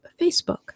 Facebook